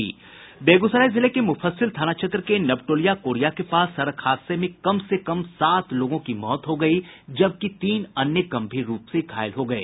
बेगूसराय जिले के मुफस्सिल थाना क्षेत्र के नव टोलिया कोरिया के पास सड़क हादसे में कम से कम सात लोगों की मौत हो गयी जबकि तीन अन्य गम्भीर रूप से घायल हो गये